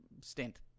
stint